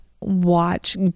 watch